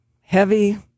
heavy